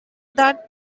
that